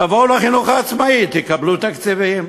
תבואו לחינוך העצמאי ותקבלו תקציבים.